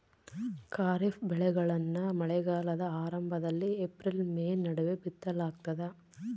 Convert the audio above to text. ಖಾರಿಫ್ ಬೆಳೆಗಳನ್ನ ಮಳೆಗಾಲದ ಆರಂಭದಲ್ಲಿ ಏಪ್ರಿಲ್ ಮತ್ತು ಮೇ ನಡುವೆ ಬಿತ್ತಲಾಗ್ತದ